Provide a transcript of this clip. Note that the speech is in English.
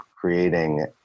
creating